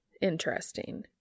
Interesting